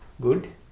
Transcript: good